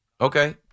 Okay